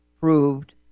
proved